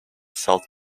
south